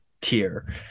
tier